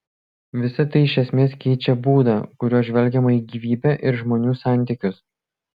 visa tai iš esmės keičia būdą kuriuo žvelgiama į gyvybę ir žmonių santykius